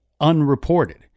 unreported